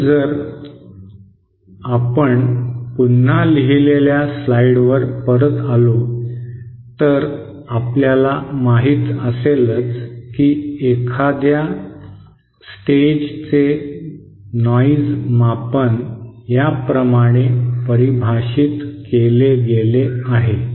म्हणून जर आपण पुन्हा लिहिलेल्या स्लाइड्सवर परत आलो तर आपल्याला माहित असेलच की एखाद्या स्टेजचे नॉइज मापन याप्रमाणे परिभाषित केले गेले आहे